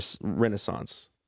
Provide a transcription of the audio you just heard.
renaissance